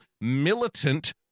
militant